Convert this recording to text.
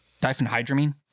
diphenhydramine